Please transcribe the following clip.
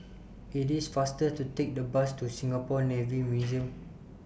IT IS faster to Take The Bus to Singapore Navy Museum